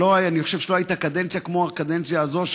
אני חושב שלא הייתה קדנציה כמו הקדנציה הזו,